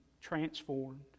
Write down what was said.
transformed